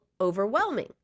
overwhelming